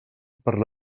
per